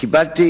מבירור שנערך